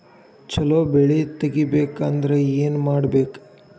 ಛಲೋ ಬೆಳಿ ತೆಗೇಬೇಕ ಅಂದ್ರ ಏನು ಮಾಡ್ಬೇಕ್?